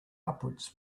upwards